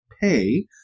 pay